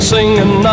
Singing